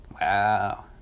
Wow